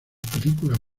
películas